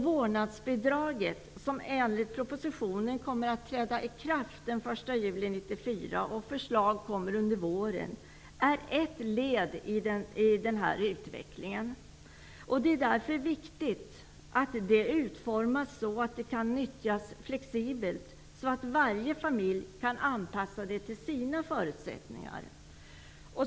Vårdnadsbidraget, som enligt propositionen kommer att träda i kraft den 1 juli 1994 -- förslag kommer under våren -- är ett led i denna utveckling. Det är därför viktigt att det utformas så att det kan nyttjas flexibelt, så att varje familj kan anpassa det till sina förutsättningar.